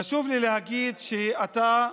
חשוב לי להגיד שאתה,